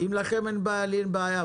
אם לכם אין בעיה לי אין בעיה,